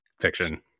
fiction